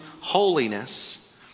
holiness